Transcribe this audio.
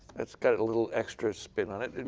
kind of little extra spin on it.